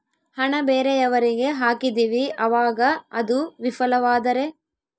ಹಣ ಬೇರೆಯವರಿಗೆ ಹಾಕಿದಿವಿ ಅವಾಗ ಅದು ವಿಫಲವಾದರೆ?